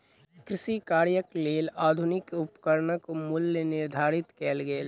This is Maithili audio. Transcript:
कृषि कार्यक लेल आधुनिक उपकरणक मूल्य निर्धारित कयल गेल